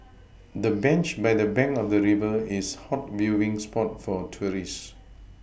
the bench by the bank of the river is hot viewing spot for tourists